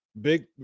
big